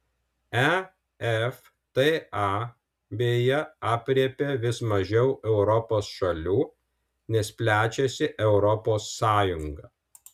efta beje aprėpia vis mažiau europos šalių nes plečiasi europos sąjunga